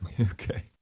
Okay